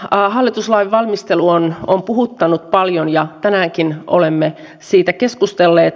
metsähallitus lain valmistelu on puhuttanut paljon ja tänäänkin olemme siitä keskustelleet